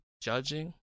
judging